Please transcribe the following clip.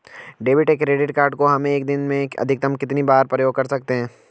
Debit या credit card को हम एक दिन में अधिकतम कितनी बार प्रयोग कर सकते हैं?